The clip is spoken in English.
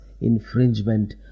infringement